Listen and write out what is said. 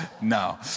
No